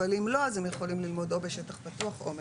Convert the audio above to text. אבל אם לא אז הם יכולים ללמוד או בשטח פתוח או מרחוק.